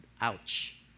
ouch